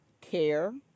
care